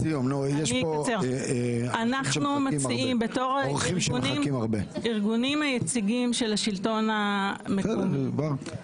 אנחנו מציעים בתור הארגונים היציגים של השלטון המקומי